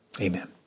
Amen